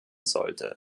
sollte